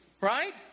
right